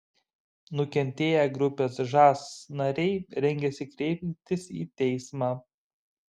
nukentėję grupės žas nariai rengiasi kreiptis į teismą